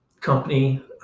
company